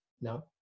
No